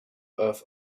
earth